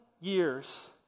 years